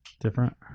Different